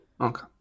Okay